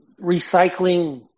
recycling